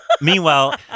Meanwhile